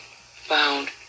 found